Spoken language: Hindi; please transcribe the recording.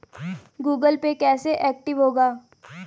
गूगल पे कैसे एक्टिव होगा?